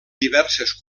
diverses